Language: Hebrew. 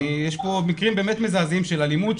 יש כאן מקרים באמת מזעזעים של אלימות,